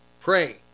Pray